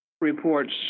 reports